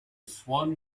swan